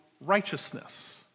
righteousness